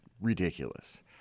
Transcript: ridiculous